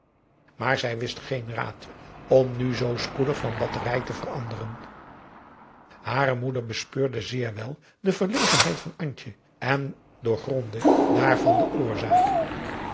maar zij wist geen raad om nu zoo spoedig van batterij te veranderen hare moeder bespeurde zeer wel de verlegenheid van antje en doorgrondde daarvan de oorzaak